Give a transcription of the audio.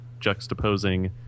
juxtaposing